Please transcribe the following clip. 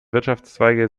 wirtschaftszweige